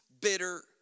bitter